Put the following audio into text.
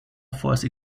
force